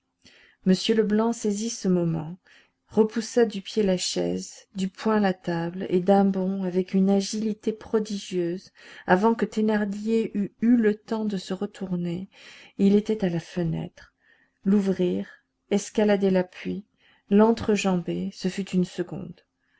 m leblanc saisit ce moment repoussa du pied la chaise du poing la table et d'un bond avec une agilité prodigieuse avant que thénardier eût eu le temps de se retourner il était à la fenêtre l'ouvrir escalader l'appui l'enjamber ce fut une seconde